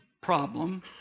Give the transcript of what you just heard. problem